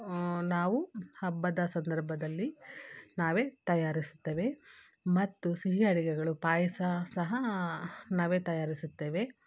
ನಾವು ಹಬ್ಬದ ಸಂದರ್ಭದಲ್ಲಿ ನಾವೆ ತಯಾರಿಸ್ತೆವೆ ಮತ್ತು ಸಿಹಿ ಅಡುಗೆಗಳು ಪಾಯಸ ಸಹ ನಾವೆ ತಯಾರಿಸುತ್ತೇವೆ